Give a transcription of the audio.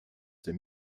dem